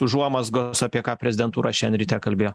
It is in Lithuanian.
užuomazgos apie ką prezidentūra šiandien ryte kalbėjo